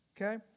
okay